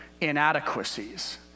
inadequacies